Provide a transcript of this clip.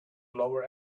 lower